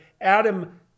Adam